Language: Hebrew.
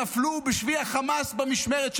נפלו בשבי החמאס במשמרות שלך.